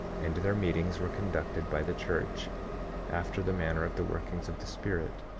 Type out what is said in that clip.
and their meetings were conducted by the church after the manner of the workings of the spirit,